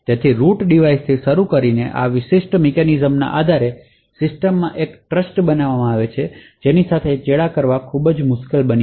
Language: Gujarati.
રૂટ ડિવાઇસથી શરૂ કરીને આ વિશિષ્ટ મિકેનિઝમના આધારે સિસ્ટમ માં એક ટ્રસ્ટ બનાવવામાં આવે છે જેની સાથે ચેડાં કરવું ખૂબ મુશ્કેલ બને છે